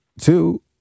two